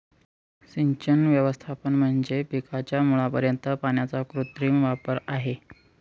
सिंचन व्यवस्थापन म्हणजे पिकाच्या मुळापर्यंत पाण्याचा कृत्रिम वापर आहे